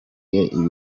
yasigiye